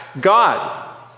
God